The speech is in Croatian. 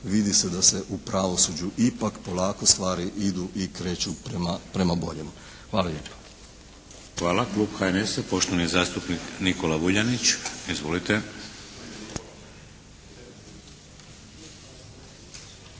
vidi se da se u pravosuđu ipak polako stvari idu i kreću prema boljemu. Hvala lijepa. **Šeks, Vladimir (HDZ)** Hvala. Klub HNS-a poštovani zastupnik Nikola Vuljanić. Izvolite.